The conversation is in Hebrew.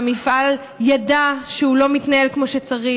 המפעל ידע שהוא לא מתנהל כמו שצריך,